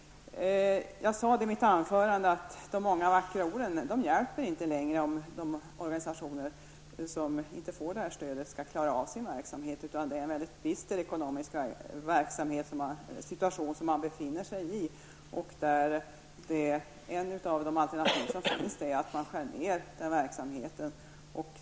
Jag sade i mitt anförande att de många vackra orden inte längre hjälper, om de organisationer som inte får detta stöd skall kunna klara sin verksamhet. Man befinner sig i en mycket bister ekonomisk situation, där ett av de alternativ som finns är att man skär ner verksamheten.